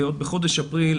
עוד בחודש אפריל,